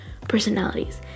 personalities